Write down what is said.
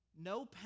no